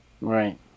Right